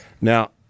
Now